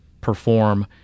perform